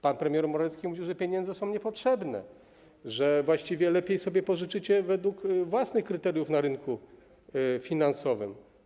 Pan premier Morawiecki mówił, że pieniądze są niepotrzebne, że właściwie lepiej sobie pożyczycie według własnych kryteriów na rynku finansowym.